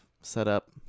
setup